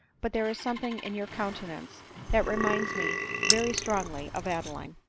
but there is something in your countenance that reminds me very strongly of adeline.